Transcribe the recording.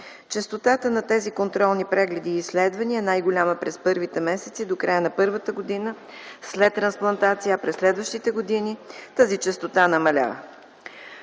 Честотата на тези контролни прегледи и изследвания е най-голяма през първите месеци, до края на първата година след трансплантацията, а през следващите години тази честота намалява.